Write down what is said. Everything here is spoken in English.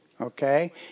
Okay